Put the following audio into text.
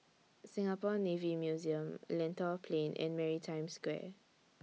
Singapore Navy Museum Lentor Plain and Maritime Square